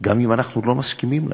גם אם אנחנו לא מסכימים אתן,